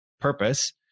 purpose